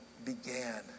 began